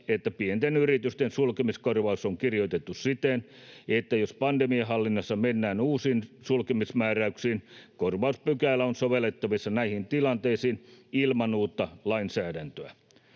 että pienten yritysten sulkemiskorvaus on kirjoitettu siten, että jos pandemian hallinnassa mennään uusiin sulkemismääräyksiin, korvauspykälä on sovellettavissa näihin tilanteisiin ilman uutta lainsäädäntöä.